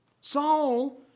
Saul